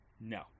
No